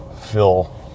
fill